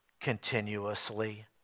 continuously